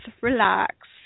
relax